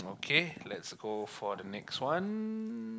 K let's go for the next one